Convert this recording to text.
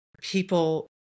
people